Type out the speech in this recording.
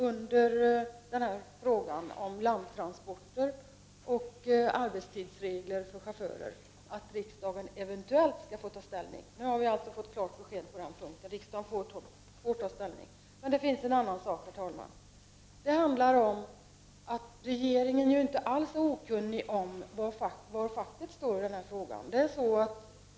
Under frågan om landtransporter och arbetstidsregler för chaufförer står att läsa att riksdagen eventuellt skall få ta ställning. Nu har vi fått klart besked på den punkten. Riksdagen får ta ställning. Men det finns en annan sak. Den handlar om att regeringen inte alls är okunnig om var facket står när det gäller denna fråga.